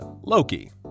Loki